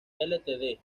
ltd